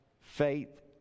faith